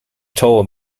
told